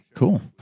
cool